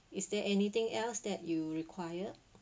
is there anything else that you require